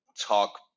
talk